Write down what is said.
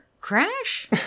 crash